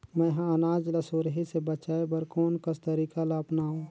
मैं ह अनाज ला सुरही से बचाये बर कोन कस तरीका ला अपनाव?